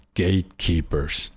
gatekeepers